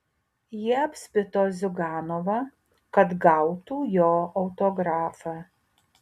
jie apspito ziuganovą kad gautų jo autografą